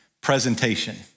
Presentation